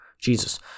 Jesus